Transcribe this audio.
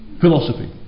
philosophy